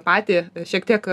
patį šiek tiek